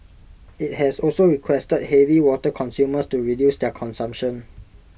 IT has also requested heavy water consumers to reduce their consumption